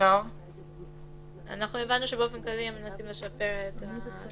אנחנו הבנו שבאופן כללי הם מנסים לשפר את הזוויות של המצלמה.